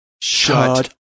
Shut